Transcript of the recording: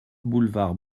boulevard